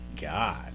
god